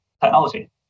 technology